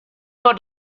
pot